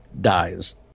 dies